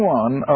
one